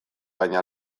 baina